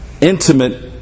intimate